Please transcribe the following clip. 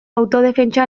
autodefentsa